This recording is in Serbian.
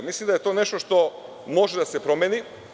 Mislim da je to nešto što može da se promeni.